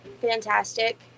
Fantastic